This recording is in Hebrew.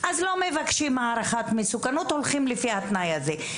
אז לא מבקשים הערכת מסוכנות אלא הולכים לפי התנאי הזה.